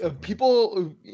people